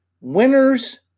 Winners